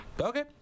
Okay